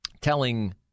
telling